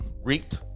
reaped